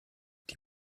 die